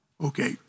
okay